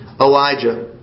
Elijah